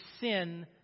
sin